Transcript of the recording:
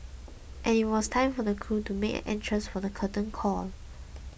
and it was time for the crew to make an entrance for the curtain call